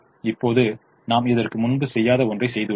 இப்போது நாம் இதற்கு முன்பு செய்யாத ஒன்றைச் செய்துள்ளோம்